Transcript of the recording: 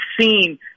seen